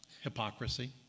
Hypocrisy